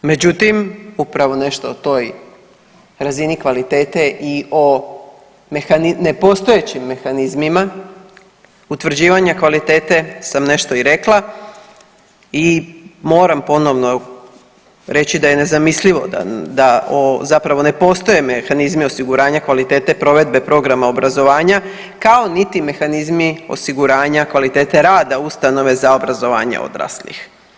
Međutim, upravo nešto o toj razini kvalitete i o nepostojećim mehanizmima utvrđivanja kvalitete sam nešto i rekla i moram ponovno reći da je nezamislivo da zapravo ne postoje mehanizmi osiguranja kvalitete provedbe programa obrazovanja kao niti mehanizmi osiguranja kvalitete rada ustanova za obrazovanje odraslih.